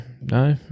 no